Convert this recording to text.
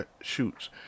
shoots